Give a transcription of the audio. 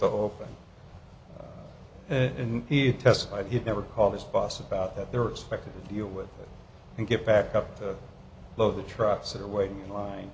to open it and he testified he never called his boss about that they were expected to deal with it and get back up to love the trucks that are waiting in line